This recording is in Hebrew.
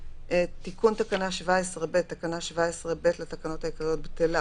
תיקון תקנה 17ב (7) תקנה 17ב לתקנות העיקריות בטלה.